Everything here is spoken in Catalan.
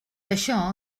això